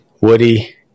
Woody